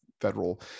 federal